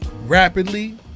rapidly